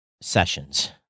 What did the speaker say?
sessions